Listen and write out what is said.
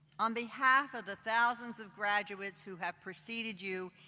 on behalf of the thousands of graduates who have preceded you,